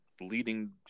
leading